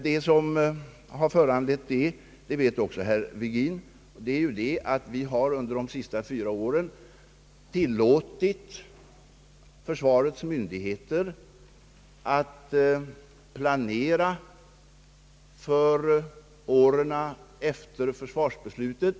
Vad som har föranlett detta är, som herr Virgin också vet, att vi under de senaste fyra åren har tillåtit försvarets myndigheter att planera för åren efter försvarsbeslutet.